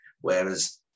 whereas